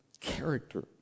character